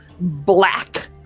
black